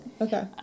okay